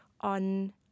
on